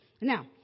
Now